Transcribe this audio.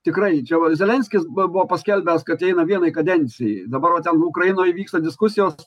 tikrai čia va zelenskis bu buvo paskelbęs kad eina vienai kadencijai dabar vat ten ukrainoj vyksta diskusijos